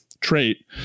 trait